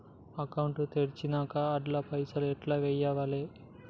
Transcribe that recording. Account తెరిచినాక అండ్ల పైసల్ ఎట్ల వేయాలే?